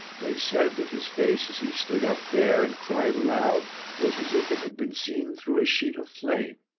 they said that his face as he stood up there and cried aloud was as if it had been seen through a sheet of flame.